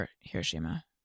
Hiroshima